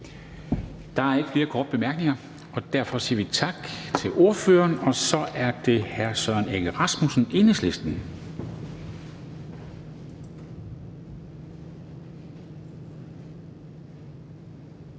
Der er ikke flere korte bemærkninger, og derfor siger vi tak til ordføreren. Så er det hr. Søren Egge Rasmussen, Enhedslisten.